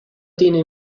tiene